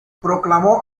proclamó